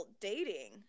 dating